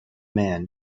man